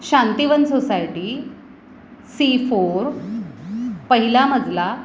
Shantivan society C four पहिला मजला